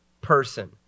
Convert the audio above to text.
person